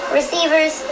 receivers